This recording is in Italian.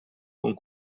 con